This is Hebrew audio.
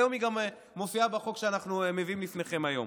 והיום היא גם מופיעה בחוק שאנחנו מביאים לפניכם היום.